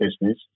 business